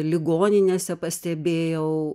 ligoninėse pastebėjau